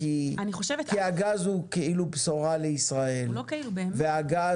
כי הגז הוא כאילו בשורה לישראל והוא התקדמות